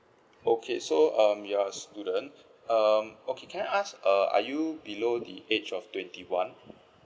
okay so um you are a student um okay can I ask uh are you below the age of twenty one